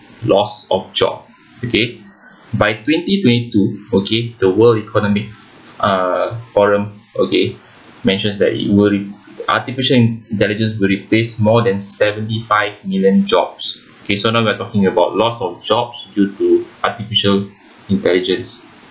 loss of job okay by twenty twenty two okay the world economy uh forum okay measures that it will artificial intelligence will replace more than seventy five million jobs okay so now we're talking about loss of jobs due to artificial intelligence